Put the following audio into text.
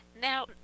Now